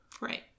Right